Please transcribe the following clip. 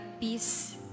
peace